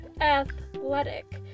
athletic